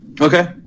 okay